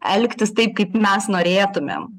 elgtis taip kaip mes norėtumėm